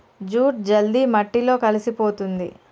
jute జల్ది మట్టిలో కలిసిపోతుంది